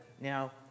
Now